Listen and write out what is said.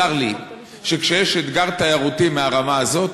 צר לי שכשיש אתגר תיירותי מהרמה הזאת,